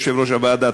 יושב-ראש הוועדה,